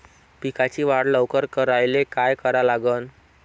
पिकाची वाढ लवकर करायले काय करा लागन?